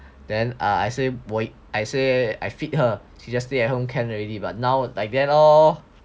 then I say I say I feed her she just stay at home can already but now like that lor